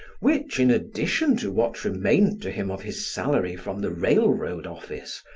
which, in addition to what remained to him of his salary from the railroad office,